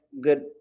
good